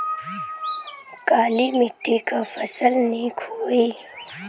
काली मिट्टी क फसल नीक होई?